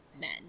men